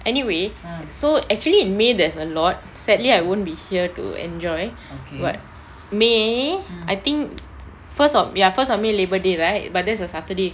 anyway so actually in may there's a lot sadly I won't be here to enjoy but may I think first of ya first of may labour day right but that's a saturday